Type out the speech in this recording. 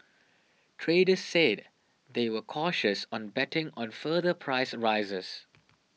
traders said they were cautious on betting on further price rises